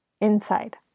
inside